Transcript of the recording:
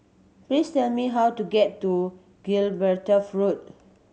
please tell me how to get to Gibraltar Road